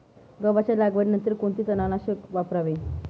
गव्हाच्या लागवडीनंतर कोणते तणनाशक वापरावे?